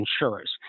insurers